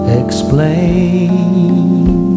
explain